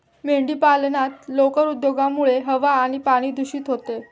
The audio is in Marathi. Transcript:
मेंढीपालनात लोकर उद्योगामुळे हवा आणि पाणी दूषित होते